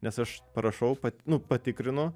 nes aš parašau pat nu patikrinu